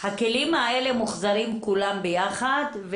הכלים האלה מוחזרים כולם ביחד,